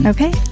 Okay